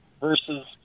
versus